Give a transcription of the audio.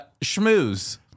schmooze